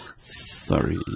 sorry